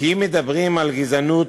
ואם מדברים על גזענות,